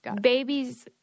babies